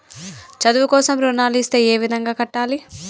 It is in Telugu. చదువు కోసం రుణాలు ఇస్తే ఏ విధంగా కట్టాలి?